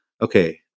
okay